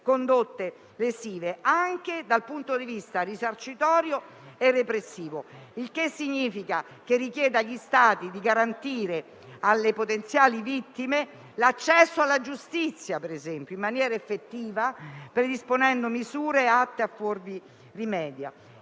condotte lesive, anche dal punto di vista risarcitorio e repressivo. Ciò significa che richiede agli Stati di garantire alle potenziali vittime l'accesso alla giustizia in maniera effettiva, predisponendo misure atte a porvi rimedio.